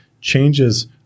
changes